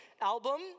Album